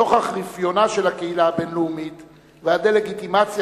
נוכח רפיונה של הקהילה הבין-לאומית והדה-לגיטימציה